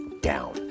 down